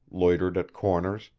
loitered at corners,